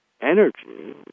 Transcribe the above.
energy